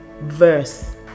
verse